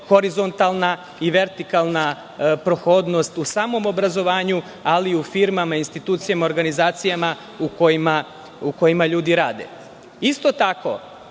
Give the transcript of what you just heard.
horizontalna i vertikalna prohodnost u samom obrazovanju, ali u firmama i institucijama i organizacijama u kojima ljudi rade. Isto tako,